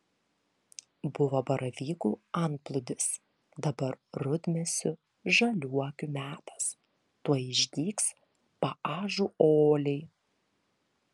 buvo baravykų antplūdis dabar rudmėsių žaliuokių metas tuoj išdygs paąžuoliai